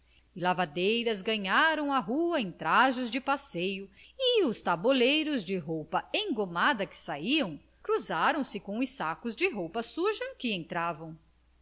lavadeiras ganharam a rua em trajos de passeio e os tabuleiros de roupa engomada que saiam cruzaram-se com os sacos de roupa suja que entravam